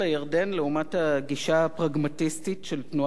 לעומת הגישה הפרגמטיסטית של תנועת העבודה,